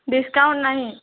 discount ନାହିଁ